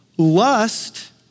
Lust